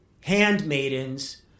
handmaidens